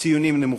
ציונים נמוכים.